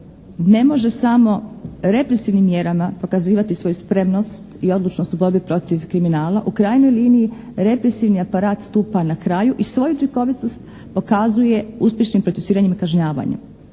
ne može samo represivnim mjerama pokazivati svoju spremnost i odlučnost u borbi protiv kriminala. U krajnjoj liniji, represivni aparat stupa na kraju i svoju učinkovitost pokazuje uspješnim …/Govornik se ne razumije./… i kažnjavanjem.